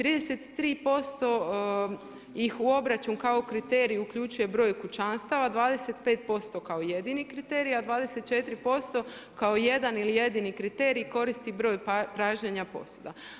33% ih u obračun kao kriterij uključuje broj kućanstava, 25% kao jedini kriterij a 24% kao jedan ili jedini kriterij koristi broj pražnjenja posuda.